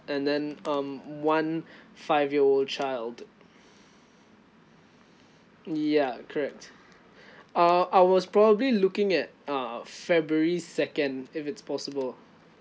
and then um one five year old child ya correct uh I was probably looking at uh february second if it's possible